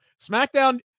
SmackDown